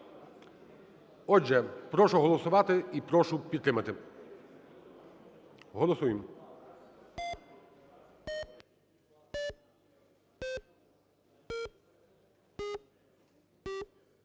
Отже, прошу голосувати і прошу підтримати, голосуємо.